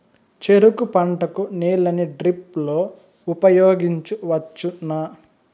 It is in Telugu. చెరుకు పంట కు నీళ్ళని డ్రిప్ లో ఉపయోగించువచ్చునా?